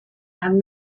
have